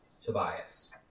Tobias